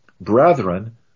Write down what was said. brethren